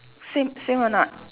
same same or not